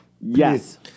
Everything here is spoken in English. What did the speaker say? yes